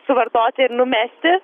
suvartoti ir numeti